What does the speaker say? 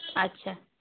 আচ্ছা